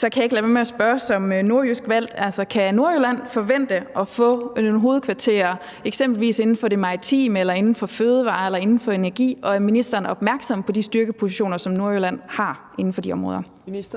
kan jeg ikke lade være med at spørge, også som nordjysk valgt: Altså, kan Nordjylland forvente at få et hovedkvarter, eksempelvis inden for det maritime eller inden for fødevarer eller inden for energi? Og er ministeren opmærksom på de styrkepositioner, som Nordjylland har inden for de områder? Kl.